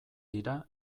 dira